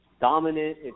dominant